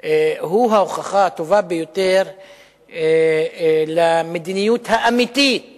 הוא ההוכחה הטובה ביותר למדיניות האמיתית